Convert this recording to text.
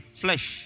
flesh